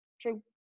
true